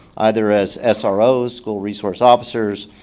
either as as ah sros, school resource officers,